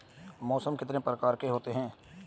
मौसम कितने प्रकार के होते हैं?